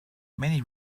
many